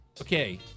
okay